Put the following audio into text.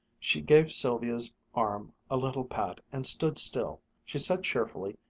she gave sylvia's arm a little pat, and stood still. she said cheerfully,